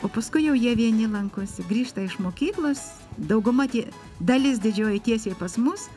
o paskui jau jie vieni lankosi grįžta iš mokyklos dauguma tie dalis didžioji tiesiai pas mus